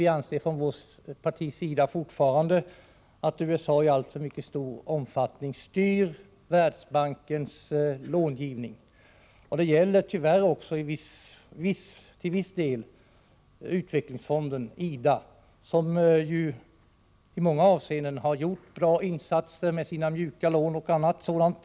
Vi anser från vårt parti dock fortfarande att USA i alltför stor omfattning styr denna långivning, och det gäller tyvärr också till viss del Utvecklingsfonden, IDA, som ju i många avseenden har gjort goda insatser med sina mjuka lån och annat sådant.